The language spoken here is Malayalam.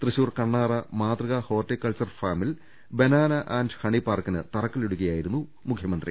തൃശ്ശൂർ കണ്ണാറ മാതൃകാ ഹോർട്ടികൾച്ചർ ഫാമിൽ ബനാന ആൻഡ് ഹണി പാർക്കിന് തറക്കല്ലിടുകയായിരുന്നു മുഖ്യമന്ത്രി